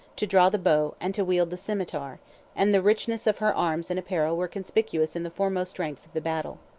to draw the bow, and to wield the cimeter and the richness of her arms and apparel were conspicuous in the foremost ranks of the battle.